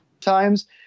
times